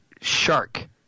shark